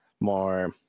more